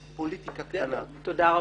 פוליטיקה קטנה -- תודה רבה.